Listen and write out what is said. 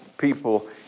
people